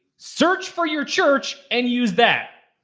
search for your church and use that.